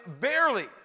barely